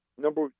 Number